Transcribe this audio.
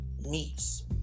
meats